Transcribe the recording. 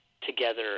together